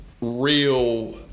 real